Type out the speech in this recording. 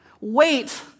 wait